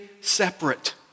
separate